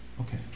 okay